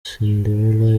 cinderella